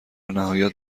نهایت